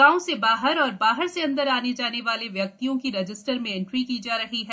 गांव से बाहर और बाहर से अंदर आने जाने वाले व्यक्तियों की रजिस्टर में एन्ट्री की जा रही है